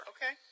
Okay